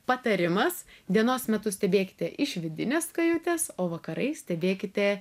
patarimas dienos metu stebėkite iš vidinės kajutės o vakarais stebėkite